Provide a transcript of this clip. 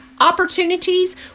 opportunities